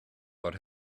what